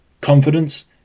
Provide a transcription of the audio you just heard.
Confidence